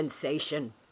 sensation